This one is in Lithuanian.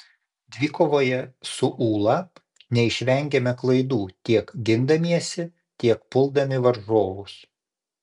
dvikovoje su ūla neišvengėme klaidų tiek gindamiesi tiek puldami varžovus